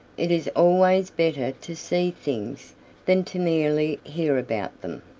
it is always better to see things than to merely hear about them.